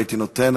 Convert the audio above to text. הייתי נותן,